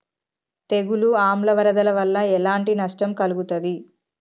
తెగులు ఆమ్ల వరదల వల్ల ఎలాంటి నష్టం కలుగుతది?